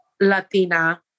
Latina